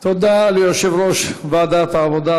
תודה ליושב-ראש ועדת העבודה,